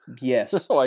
Yes